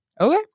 Okay